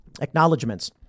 Acknowledgements